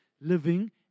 living